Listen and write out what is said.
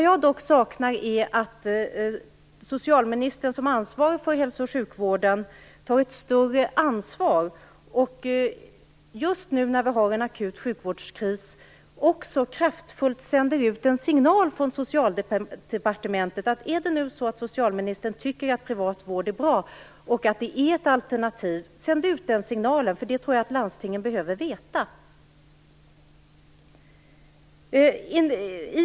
Jag saknar dock att socialministern, som ansvarig för hälsooch sjukvården, tar ett större ansvar och sänder ut en kraftfull signal från Socialdepartementet just nu när vi har en akut sjukvårdskris. Sänd ut den signalen, om det är så att socialministern tycker att privat vård är bra och att det är ett alternativ! Jag tror att landstingen behöver veta detta.